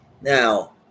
Now